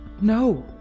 No